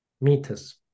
meters